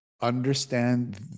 Understand